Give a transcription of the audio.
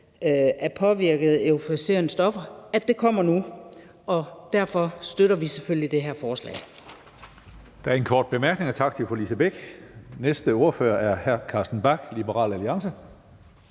er påvirket af euforiserende stoffer, kommer nu. Og derfor støtter vi selvfølgelig det her forslag.